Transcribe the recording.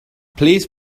please